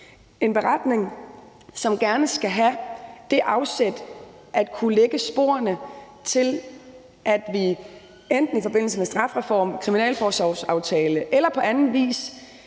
en beretning, som gerne skal have det afsæt at kunne lægge sporene til, at vi enten i forbindelse med strafreform eller kriminalforsorgsaftale eller på anden vis